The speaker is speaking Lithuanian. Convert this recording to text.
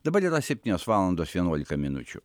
dabar yra septynios valandos vienuolika minučių